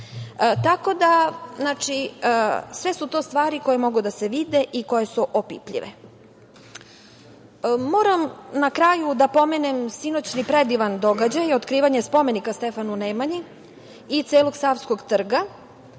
50 evra. Znači, sve su to stvari koje mogu da se vide i koje su opipljive. Moram na kraju da pomenem sinoćni predivan događaj otkrivanje spomenika Stefanu Nemanji i celog Savskog trga